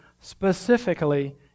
specifically